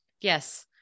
Yes